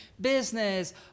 business